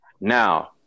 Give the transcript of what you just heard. Now